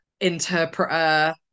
interpreter